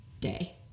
day